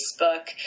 Facebook